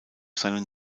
seinen